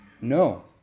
No